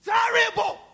Terrible